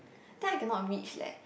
then I cannot reach leh